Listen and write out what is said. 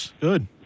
good